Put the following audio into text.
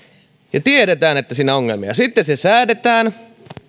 ja tiedetään että siinä on ongelmia sitten se säädetään